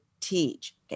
teach